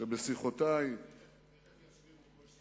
תיכף יסבירו כל השרים.